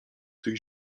tych